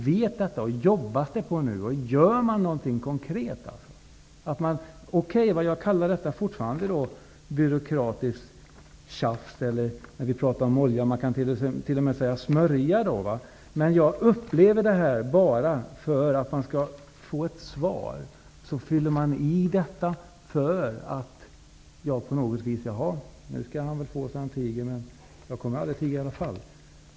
Arbetar man med detta nu? Gör man något konkret? Jag kallar detta fortfarande för byråkratiskt tjafs. Jag har tidigare pratat om olja. Man kan t.o.m. kalla detta för smörja. Jag upplever att man bara fyller i för att kunna ge ett svar, och man kanske tänker att han nu skall få så han tiger. Men jag kommer i alla fall aldrig att tiga.